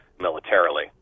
militarily